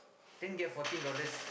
then give her fourteen dollars